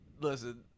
Listen